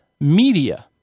media